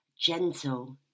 gentle